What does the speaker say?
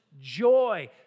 joy